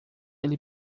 ele